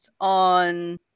on